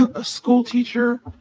a schoolteacher,